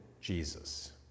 Jesus